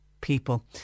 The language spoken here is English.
people